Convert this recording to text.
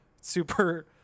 Super